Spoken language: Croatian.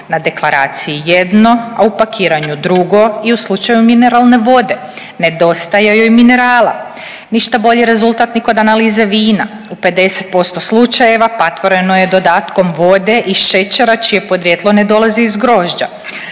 Na deklaraciji jedno, a u pakiranju drugo i u slučaju mineralne vode, nedostaje joj minerala. Ništa bolji rezultat ni kod analize vina, u 50% slučajeva patvoreno je dodatkom vode i šećera čije podrijetlo ne dolazi iz grožđa.